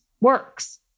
works